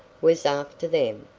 was after them,